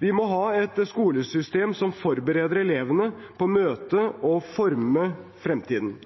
Vi må ha et skolesystem som forbereder elevene på å møte og forme fremtiden,